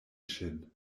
ŝin